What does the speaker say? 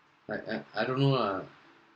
like I I don't know lah